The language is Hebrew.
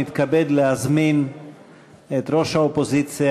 אני מתכבד להזמין את יושב-ראש האופוזיציה